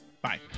Bye